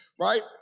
right